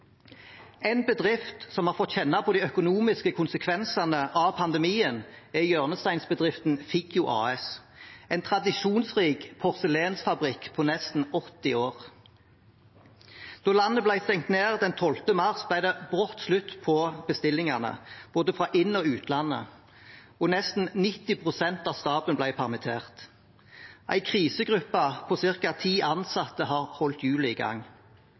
En bedrift som har fått kjenne på de økonomiske konsekvensene av pandemien, er hjørnesteinsbedriften Figgjo AS, en tradisjonsrik porselensfabrikk på nesten 80 år. Da landet ble stengt ned den 12. mars, ble det brått slutt på bestillingene fra både inn- og utlandet, og nesten 90 pst. av staben ble permittert. En krisegruppe på ca. ti ansatte har holdt hjulene i gang.